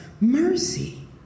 mercy